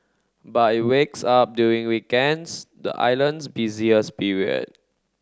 but it wakes up during weekends the island's busiest period